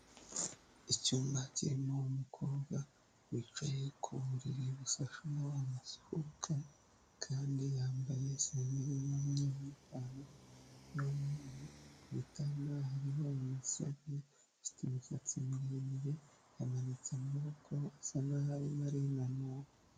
Icyumba kirimo umukobwa wicaye ku buriri busashemo amashuka kandi yambaye isengeri y'umweru n'ipantaro y'umweru, ku gitanda hariho umusego, afite imisatsi miremire, yamanitse amaboko, asa naho arimo arinanura.